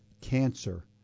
cancer